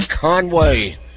Conway